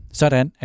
sådan